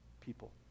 people